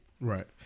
Right